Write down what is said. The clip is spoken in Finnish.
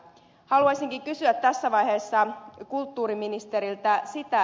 haluaisinkin kysyä tässä vaiheessa kulttuuriministeriltä